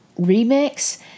remix